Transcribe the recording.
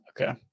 Okay